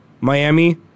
Miami